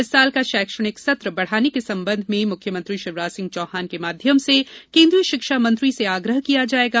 इस वर्ष का शैक्षणिक सत्र बढ़ाने के संबंध में मुख्यमंत्री श्री शिवराज सिंह चौहान के माध्यम से केंद्रीय शिक्षा मंत्री से आग्रह किया जाएगा